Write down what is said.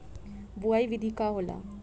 बुआई विधि का होला?